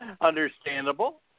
Understandable